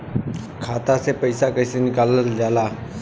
खाता से पैसा कइसे निकालल जाला?